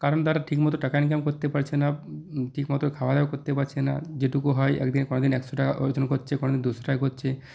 কারণ তারা ঠিকমতো টাকা ইনকাম করতে পারছে না ঠিকমতো খাওয়া দাওয়া করতে পারছে না যেটুকু হয় একদিন কোনোদিন একশো টাকা উপার্জন করছে কোনোদিন দুশো টাকা করছে